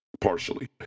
partially